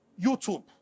YouTube